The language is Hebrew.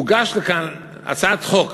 הוגשה לכאן הצעת חוק